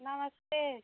नमस्ते